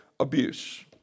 abuse